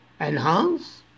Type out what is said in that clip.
enhance